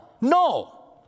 No